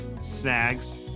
snags